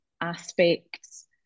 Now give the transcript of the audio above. aspects